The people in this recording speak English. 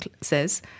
says